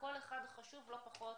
כל אחד חשוב לא פחות